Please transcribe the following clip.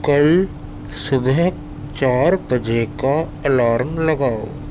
کل صبح چار بجے کا الارم لگاؤ